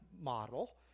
model